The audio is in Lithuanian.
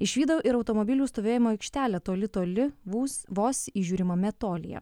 išvydau ir automobilių stovėjimo aikštelę toli toli bus vos įžiūrimame tolyje